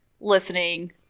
listening